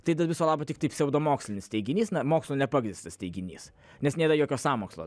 tai viso labo tiktai pseudomokslinis teiginys na mokslu nepagrįstas teiginys nes nėra jokio sąmokslo